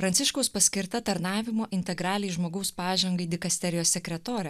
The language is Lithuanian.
pranciškaus paskirta tarnavimo integraliai žmogaus pažangai dikasterijos sekretore